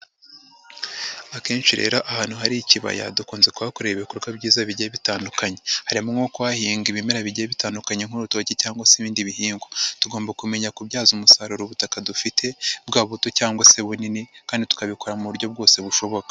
Akenshi rero ahantu hari ikibaya dukunze kuhakorera ibikorwa byiza bigiye bitandukanye, harimo nko kuhahinga ibimera bigiye bitandukanye nk'urutoki cyangwa se ibindi bihingwa. Tugomba kumenya kubyaza umusaruro ubutaka dufite bwaba buto cyangwa se bunini kandi tukabikora mu buryo bwose bushoboka.